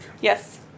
Yes